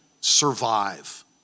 survive